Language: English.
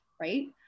right